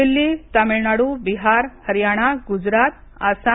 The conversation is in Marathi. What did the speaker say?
दिल्ली तामिळनाडू बिहार हरयाणा गुजरात आसाम